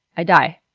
i die!